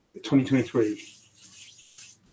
2023